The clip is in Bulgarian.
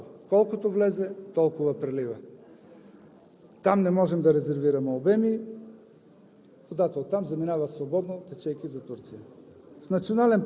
Язовир „Пчелина“ – той е утайник. Той е само преливник, водно стъпало – колкото влезе, толкова прелива. Не можем да резервираме обеми